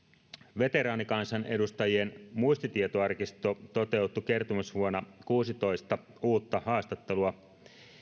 veteraanikansanedustajien muistitietoarkisto toteutti kertomusvuonna kuusitoista uutta haastattelua